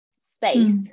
space